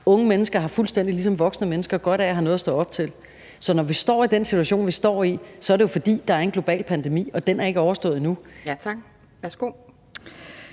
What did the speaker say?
Unge mennesker har fuldstændig ligesom voksne mennesker godt af at have noget at stå op til, så når vi står i den situation, vi står i, er det jo, fordi der er en global pandemi, og den er ikke overstået endnu. Kl. 17:32